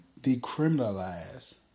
decriminalize